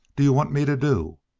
do you want me to do?